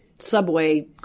subway